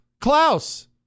Klaus